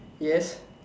yes